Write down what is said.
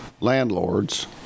Landlords